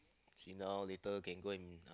sit down later can go and